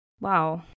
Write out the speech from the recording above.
Wow